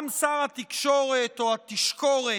גם שר התקשורת, או התשקורת,